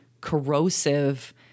corrosive